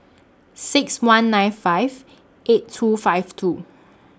six one nine five eight two five two